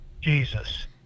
Jesus